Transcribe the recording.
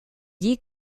dit